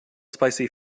spicy